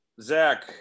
Zach